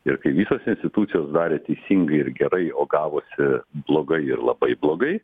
ir kai visos institucijos darė teisingai ir gerai o gavosi blogai ir labai blogai